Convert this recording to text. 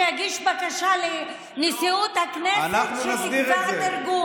שיגיש בקשה לנשיאות הכנסת שתקבע תרגום.